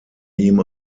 ihm